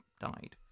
died